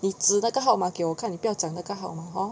你指那个号码给我看你不要讲那个号码 hor